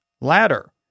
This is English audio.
Ladder